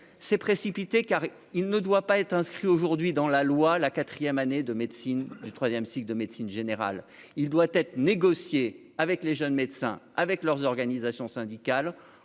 s'est précipité, car il ne doit pas être inscrit aujourd'hui dans la loi la 4ème année de médecine du 3ème cycle de médecine générale, il doit être négocié avec les jeunes médecins avec leurs organisations syndicales,